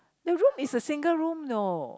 the room is a single room you know